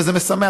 וזה משמח.